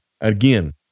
Again